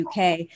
UK